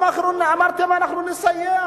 אמרתם: אנחנו נסייע.